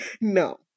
no